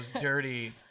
dirty